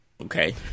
okay